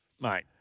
Mate